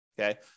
Okay